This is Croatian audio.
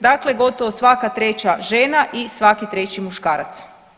Dakle, gotovo svaka 3 žena i svaki 3 muškarac.